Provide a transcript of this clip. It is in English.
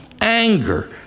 anger